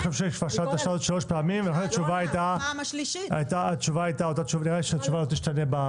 כבר שאלת שלוש פעמים, והתשובה הייתה אותה תשובה.